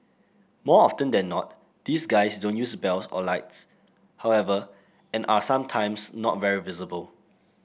more often than not these guys don't use bells or lights however and are sometimes not very visible